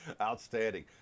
Outstanding